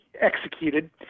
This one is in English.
executed